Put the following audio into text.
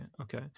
Okay